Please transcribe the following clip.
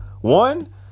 One